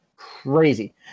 Crazy